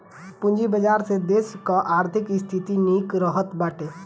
पूंजी बाजार से देस कअ आर्थिक स्थिति निक रहत बाटे